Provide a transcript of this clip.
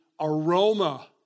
aroma